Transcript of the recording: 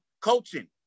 coaching